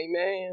Amen